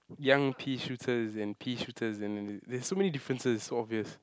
young pea shooters and pea shooters and then there's so many differences so obvious